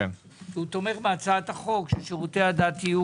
הוא תומך בהצעת החוק ששירותי הדת יהיו